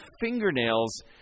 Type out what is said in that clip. fingernails